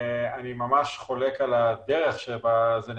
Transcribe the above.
אני ממש חולק על הדרך שבה זה נאמר,